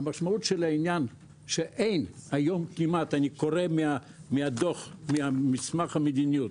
המשמעות של העניין שאין היום כמעט - אני קורא ממסמך המדיניות,